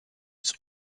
its